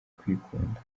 kwikunda